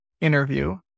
interview